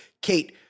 Kate